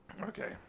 Okay